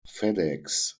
fedex